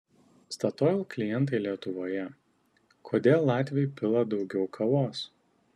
statoil klientai lietuvoje kodėl latviai pila daugiau kavos